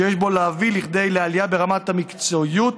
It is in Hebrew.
שיש בו להביא לכדי עלייה ברמת המקצועיות